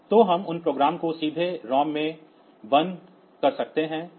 तो हम उन प्रोग्राम को सीधे ROM में जला सकते हैं